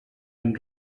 and